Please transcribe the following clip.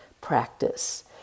practice